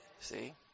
See